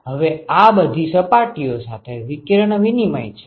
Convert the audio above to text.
હવે આ બધી સપાટીઓ સાથે વિકિરણ વિનિમય છે